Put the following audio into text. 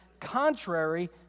contrary